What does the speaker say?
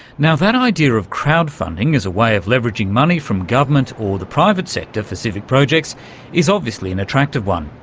now, that idea of crowd-funding as a way of leveraging money from government or the private sector for civic projects is obviously an attractive one,